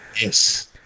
Yes